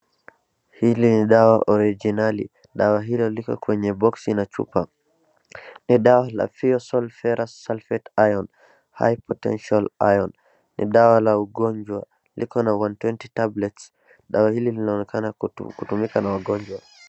Hili ni dawa orijinali dawa hilo liko kwenye boksi na chupa. Ni dawa la Feosol Ferrous sulfate iron high potential iron .Ni dawa la ugonjwa. Liko na one twenty tablets .Dawa hili linaonekana kutumika na wagonjwa.